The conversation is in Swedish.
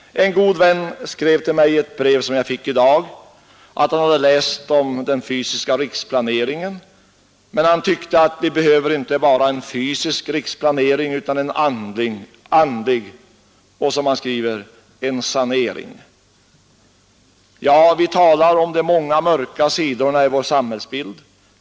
En god vän skrev till mig i ett brev, som jag fick i dag, att han hade läst om den fysiska riksplaneringen. Han tyckte att vi behöver inte bara fysisk riksplanering utan även en andlig och, som han skriver, en sanering. Vi talar om de många mörka sidorna i vår samhällsbild.